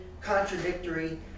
contradictory